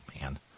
man